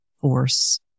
force